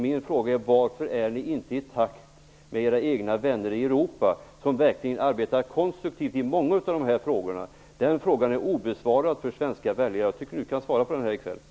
Min fråga är: Varför är ni inte i takt med era vänner i Europa som verkligen arbetar konstruktivt i många av dessa frågor? Den frågan är obesvarad för de svenska väljarna. Jag tycker att Marianne Samuelsson skall svara på den.